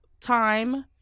time